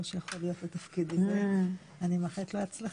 שיכול להיות לתפקיד הזה ואני מאחלת לו הצלחה.